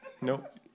Nope